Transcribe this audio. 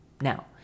Now